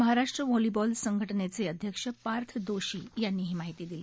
Maharashtra volleyball संघटनेचे अध्यक्ष पार्थ दोषी यांनी ही माहिती दिली